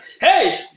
Hey